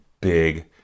big